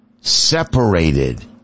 separated